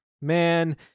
man